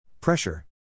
Pressure